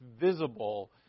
visible